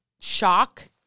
shock